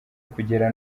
kugera